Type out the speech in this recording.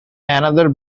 another